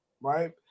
right